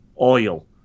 oil